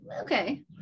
okay